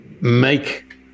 make